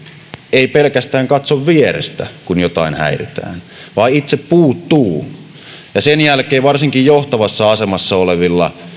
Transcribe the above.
ei pelkästään katso vierestä kun jotakuta häiritään vaan itse puuttuu sen jälkeen varsinkin johtavassa asemassa olevilla